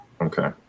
Okay